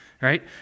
Right